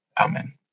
Amen